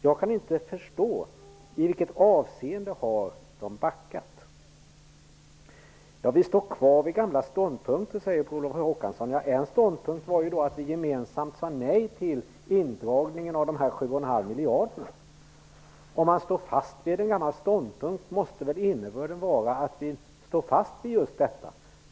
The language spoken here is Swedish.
Jag kan inte förstå i vilket avseende regeringen har backat. Vi står kvar vid gamla ståndpunkter, säger Per Olof Håkansson. En ståndpunkt var att vi gemensamt sade nej till indragningen av 7,5 miljarder. Om man står fast vid en gammal ståndpunkt måste väl innebörden vara att vi står fast vid just detta.